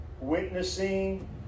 witnessing